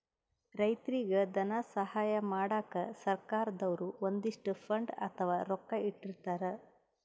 ರೈತರಿಗ್ ಧನ ಸಹಾಯ ಮಾಡಕ್ಕ್ ಸರ್ಕಾರ್ ದವ್ರು ಒಂದಿಷ್ಟ್ ಫಂಡ್ ಅಥವಾ ರೊಕ್ಕಾ ಇಟ್ಟಿರ್ತರ್